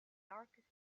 darkest